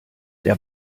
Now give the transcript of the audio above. der